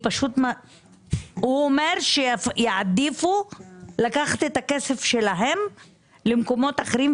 הוא אומר שיעדיפו לקחת את הכסף שלהם למקומות אחרים,